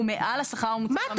הוא מעל לשכר הממוצע.